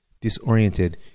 disoriented